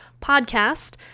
podcast